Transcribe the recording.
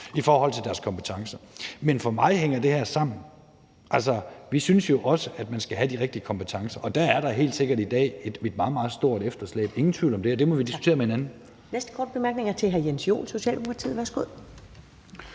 i forhold til deres kompetencer. Men for mig hænger det her sammen. Vi synes jo også, at man skal have de rigtige kompetencer, og der er der helt sikkert i dag et meget, meget stort efterslæb, ingen tvivl om det, og det må vi diskutere med hinanden. Kl. 10:44 Første næstformand (Karen Ellemann): Tak. Næste korte bemærkning er til hr. Jens Joel, Socialdemokratiet. Værsgo.